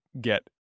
get